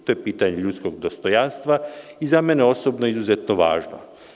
To je pitanje ljudskog dostojanstva i za mene osobno izuzetno važno.